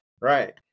Right